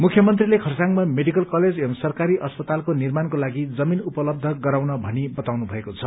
मुख्यमन्त्रले खरसाङमा medical college एवं सरकारी अस्पतालको निर्माणको लागि जमीन उपलब्य गराउन भनी बताउनु भएको छ